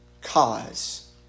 cause